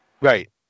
Right